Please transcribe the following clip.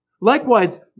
Likewise